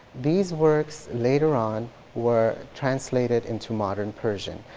these works later on were translated into modern persian.